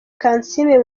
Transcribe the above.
kansiime